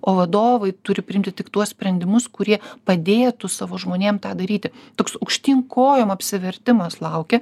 o vadovai turi priimti tik tuos sprendimus kurie padėtų savo žmonėm tą daryti toks aukštyn kojom apsivertimas laukia